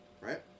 right